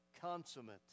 consummate